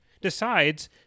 decides